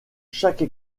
chaque